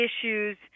issues